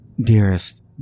Dearest